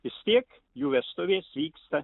vis tiek jų vestuvės vyksta